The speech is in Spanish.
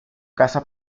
casa